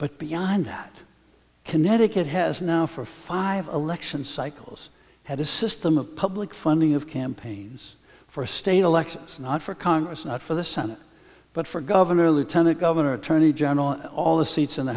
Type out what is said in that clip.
but beyond that connecticut has now for five election cycles had a system of public funding of campaigns for a state election not for congress not for the senate but for governor lieutenant governor attorney general all the seats in the